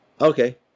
Okay